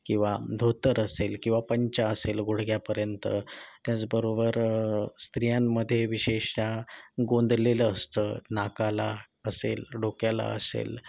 किंवा धोतर असेल किंवा पंचा असेल गुडघ्यापर्यंत त्याचबरोबर स्त्रियांमध्ये विशेषतः गोंदलेलं असतं नाकाला असेल डोक्याला असेल